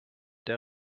der